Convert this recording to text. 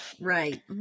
Right